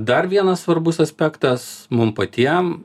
dar vienas svarbus aspektas mum patiem